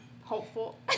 hopeful